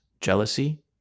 jealousy